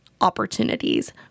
opportunities